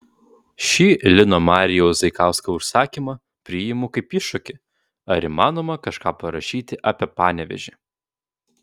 šį lino marijaus zaikausko užsakymą priimu kaip iššūkį ar įmanoma kažką parašyti apie panevėžį